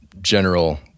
general